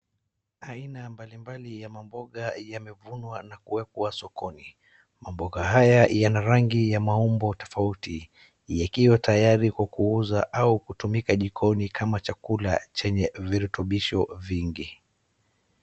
Aina mbalimbali ya mamboga yamevunwa na kuwekwa sokoni. Mamboga haya yana rangi ya maumbo tofauti yakiwa tayari kwa kuuza au kutumika jikoni kama chakula chenye virutubisho vingi.